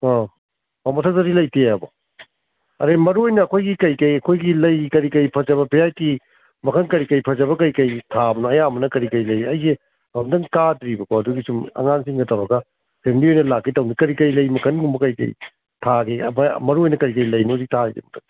ꯑꯣ ꯃꯊꯛꯇꯗꯤ ꯂꯩꯇꯦꯕ ꯑꯗꯨꯗꯩ ꯃꯔꯨ ꯑꯣꯏꯅ ꯑꯩꯈꯣꯏꯒꯤ ꯀꯔꯤ ꯀꯔꯤ ꯑꯩꯈꯣꯏꯒꯤ ꯂꯩ ꯀꯔꯤ ꯀꯔꯤ ꯐꯖꯕ ꯚꯦꯔꯥꯏꯇꯤ ꯃꯈꯟ ꯀꯔꯤ ꯀꯔꯤ ꯐꯖꯕ ꯀꯔꯤ ꯀꯔꯤ ꯊꯥꯕꯅꯣ ꯑꯌꯥꯝꯕꯅ ꯀꯔꯤ ꯀꯔꯤ ꯂꯩꯒꯦ ꯑꯩꯁꯦ ꯑꯝꯇꯪ ꯀꯥꯗ꯭ꯔꯤꯕꯀꯣ ꯑꯗꯨꯒꯤ ꯁꯨꯝ ꯑꯉꯥꯡꯁꯤꯡꯒ ꯇꯧꯔꯒ ꯐꯦꯃꯤꯂꯤ ꯑꯣꯏꯅ ꯂꯥꯛꯀꯦ ꯇꯧꯕꯅꯦ ꯀꯔꯤ ꯀꯔꯤ ꯂꯩ ꯃꯈꯜꯒꯨꯝꯕ ꯀꯔꯤ ꯀꯔꯤ ꯊꯥꯒꯦ ꯃꯔꯨ ꯑꯣꯏꯅ ꯀꯔꯤ ꯀꯔꯤ ꯂꯩꯅꯣ ꯍꯧꯖꯤꯛ ꯊꯥꯔꯤꯁꯦ